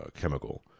chemical